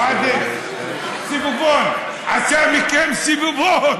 סביבון, עשה מכם סביבון,